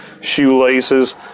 shoelaces